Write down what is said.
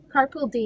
Carpal